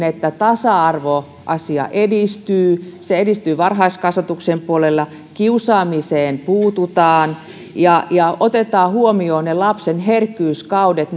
että tasa arvoasia edistyy se edistyy varhaiskasvatuksen puolella kiusaamiseen puututaan ja ja otetaan huomioon ne lapsen herkkyyskaudet